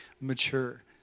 mature